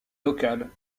local